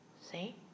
See